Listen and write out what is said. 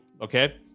Okay